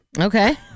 Okay